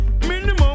Minimum